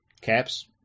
caps